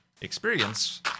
experience